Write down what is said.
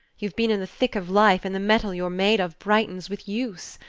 you've been in the thick of life, and the metal you're made of brightens with use.